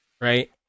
right